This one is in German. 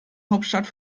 hauptstadt